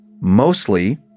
Mostly